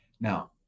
now